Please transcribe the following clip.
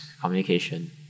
communication